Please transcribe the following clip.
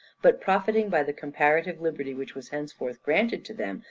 but profiting by the comparative liberty which was henceforth granted to them,